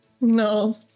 No